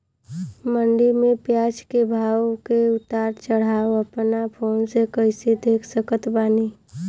मंडी मे प्याज के भाव के उतार चढ़ाव अपना फोन से कइसे देख सकत बानी?